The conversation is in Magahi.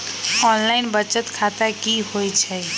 ऑनलाइन बचत खाता की होई छई?